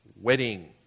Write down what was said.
wedding